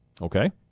Okay